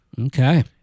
Okay